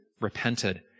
repented